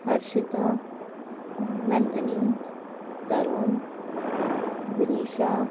Harshita Nandini Tarun Vinisha